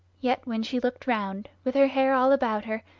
yet when she looked round, with her hair all about her,